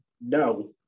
no